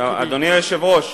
אדוני היושב-ראש.